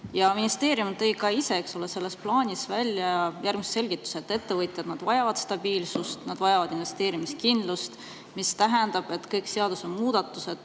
Ministeerium tõi ka ise selles plaanis välja järgmised selgitused. Ettevõtjad vajavad stabiilsust ja nad vajavad investeerimiskindlust, mis tähendab seda, et kõik seadusemuudatused